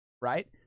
right